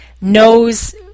knows